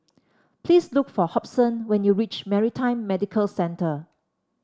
please look for Hobson when you reach Maritime Medical Centre